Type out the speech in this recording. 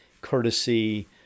courtesy